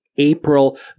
April